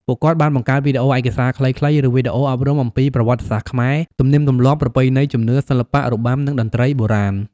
ពួកគាត់បានបង្កើតវីដេអូឯកសារខ្លីៗ ឬវីដេអូអប់រំអំពីប្រវត្តិសាស្ត្រខ្មែរ ទំនៀមទម្លាប់ ប្រពៃណី ជំនឿ សិល្បៈ របាំ និងតន្ត្រីបុរាណ។